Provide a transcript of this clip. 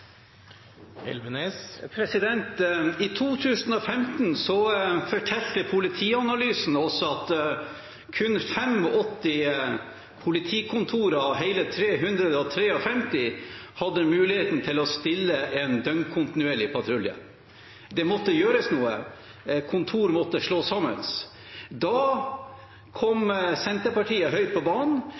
I 2015 fortalte Politianalysen oss at kun 85 av hele 353 politikontor hadde mulighet til å stille en døgnkontinuerlig patrulje. Det måtte gjøres noe. Kontor måtte slås sammen. Da kom Senterpartiet høyt på banen.